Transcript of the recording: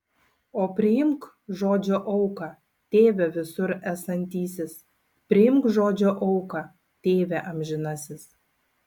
o priimk žodžio auką tėve visur esantysis priimk žodžio auką tėve amžinasis